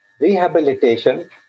rehabilitation